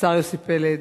השר יוסי פלד,